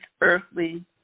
earthly